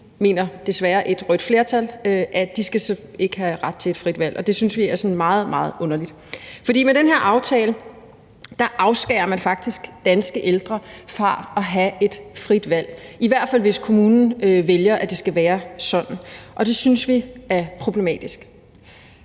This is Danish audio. mener et rødt flertal desværre – have ret til et frit valg. Og det synes vi er meget, meget underligt. For med den her aftale afskærer man faktisk danske ældre fra at have et frit valg, i hvert fald hvis kommunen vælger, at det skal være sådan, og det synes vi er problematisk.